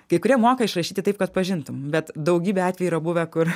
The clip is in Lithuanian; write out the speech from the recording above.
kai kurie moka išrašyti taip kad pažintum bet daugybė atvejų yra buvę kur